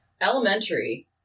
Elementary